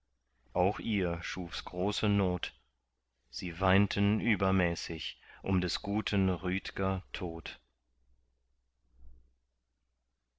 auch ihr schufs große not sie weinten übermäßig um des guten rüdger tod